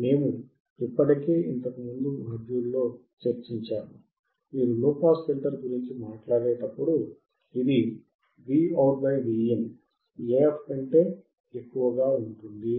మేము ఇప్పటికే ఇంతకు ముందు మాడ్యూల్లో చర్చించాము మీరు లోపాస్ ఫిల్టర్ గురించి మాట్లాడేటప్పుడు ఇది Vout Vin AF కంటే ఎక్కువగా ఉంటుంది